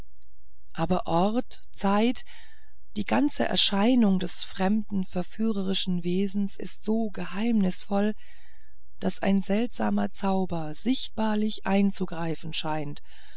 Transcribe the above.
aber ort zeit die ganze erscheinung des fremden verführerischen wesens ist so geheimnisvoll daß ein seltsamer zauber sichtbarlich einzugreifen scheint